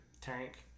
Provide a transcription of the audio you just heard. tank